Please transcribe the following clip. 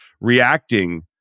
reacting